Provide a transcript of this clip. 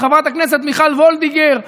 של חברת הכנסת מיכל וולדיגר,